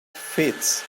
fits